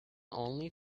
only